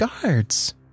guards